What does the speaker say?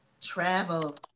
Travel